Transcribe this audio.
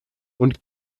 und